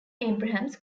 abrahams